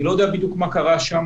אני לא יודע בדיוק מה קרה שם.